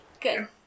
Good